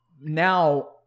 now